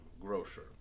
grocer